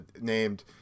named